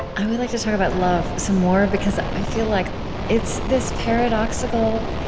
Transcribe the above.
i would like to talk about love some more, because i feel like it's this paradoxical